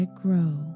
grow